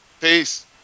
Peace